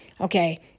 okay